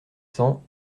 cents